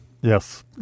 Yes